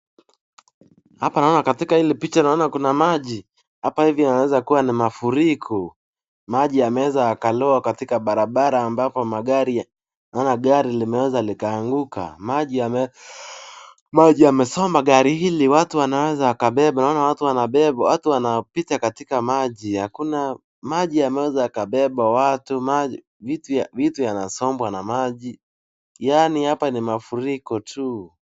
Hapa naona katika hili picha naona kuna maji. Hapa hivi yaweza kuwa ni mafuriko. Maji yameweza yakaloa katika barabara ambapo magari, naona gari limeweza likaanguka, maji yamesomba gari hili, watu wanaweza wakabebwa. Naona watu wanabebwa, watu wanapita katika maji. Maji yameweza yakabeba watu, vitu yanasombwa na maji, yaani hapa ni mafuriko tu.